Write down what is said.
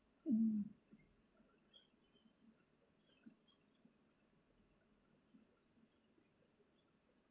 mm